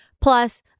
plus